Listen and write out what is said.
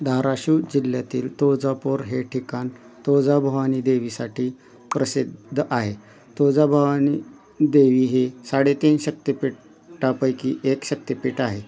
धाराशिव जिल्ह्यातील तुळजापूर हे ठिकाण तुळजाभवानी देवीसाठी प्रसिद्ध आहे तुळजाभवानी देवी ही साडेतीन शक्तिपीठापैकी एक शक्तिपीठ आहे